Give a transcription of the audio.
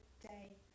day